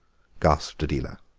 gasped adela.